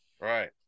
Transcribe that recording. Right